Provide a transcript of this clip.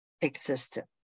existed